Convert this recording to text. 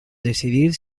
decidir